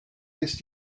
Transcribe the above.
ist